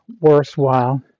worthwhile